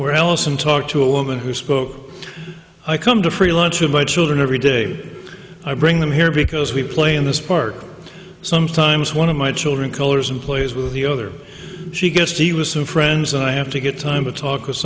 ellison talk to a woman who spoke i come to free lunch with my children every day i bring them here because we play in this park sometimes one of my children colors and plays with the other she guessed he was some friends i have to get time to talk with